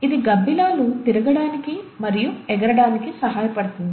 ఇది గబ్బిలాలు తిరగడానికి మరియు ఎగరడానికి సహాయపడుతుంది